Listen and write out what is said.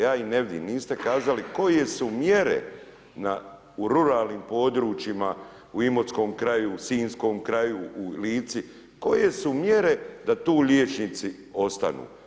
Ja ih ne vidim, niste kazali koje su mjere u ruralnim područjima u imotskom kraju, sinjskom kraju, u Lici, koje su mjere da tu liječnici ostanu?